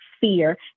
fear